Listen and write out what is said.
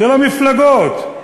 של המפלגות,